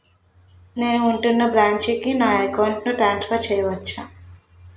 నేను ఉంటున్న బ్రాంచికి నా అకౌంట్ ను ట్రాన్సఫర్ చేయవచ్చా?